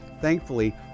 Thankfully